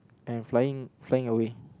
and flying flying away